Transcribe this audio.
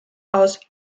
aus